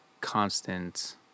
constant